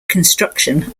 construction